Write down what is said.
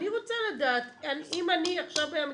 אני רוצה לדעת אם אני עכשיו מהמגזר,